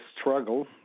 struggle